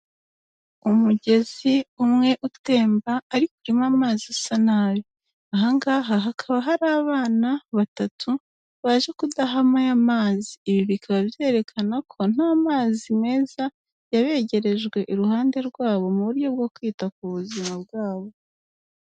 Umugezi umwe utemba ariko urimo amazi asa nabi, aha ngaha hakaba hari abana batatu baje kudahamo aya mazi, ibi bikaba byerekana ko nta mazi meza yabegerejwe iruhande rwabo mu buryo bwo kwita ku buzima bwabo.